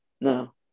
No